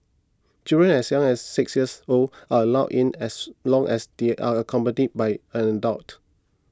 children as young as six years old are allowed in as long as they are accompanied by an adult